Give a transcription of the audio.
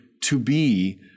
to-be